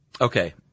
Okay